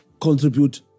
contribute